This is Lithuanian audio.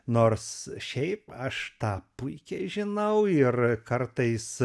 nors šiaip aš tą puikiai žinau ir kartais